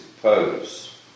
pose